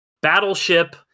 Battleship